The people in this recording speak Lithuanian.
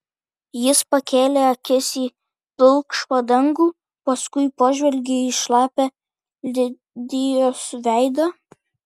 jis pakėlė akis į pilkšvą dangų paskui pažvelgė į šlapią lidijos veidą